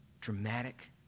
dramatic